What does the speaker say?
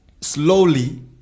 slowly